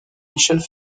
michel